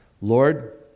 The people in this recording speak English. Lord